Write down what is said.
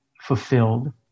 fulfilled